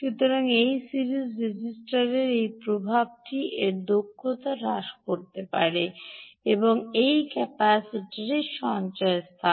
সুতরাং এই সিরিজের রেজিস্টরের এই প্রভাবটি এর দক্ষতা হ্রাস করতে পারে এই ক্যাপাসিটারের সঞ্চয়স্থান